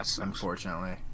Unfortunately